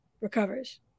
recovers